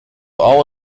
all